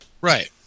Right